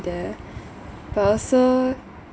there but also